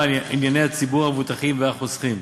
על ענייני ציבור המבוטחים והחוסכים.